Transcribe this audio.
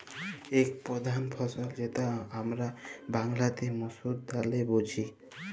এক প্রধাল ফসল যেটা হামরা বাংলাতে মসুর ডালে বুঝি